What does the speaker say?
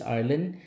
Ireland